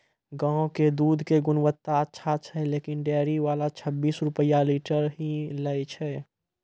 गांव के दूध के गुणवत्ता अच्छा छै लेकिन डेयरी वाला छब्बीस रुपिया लीटर ही लेय छै?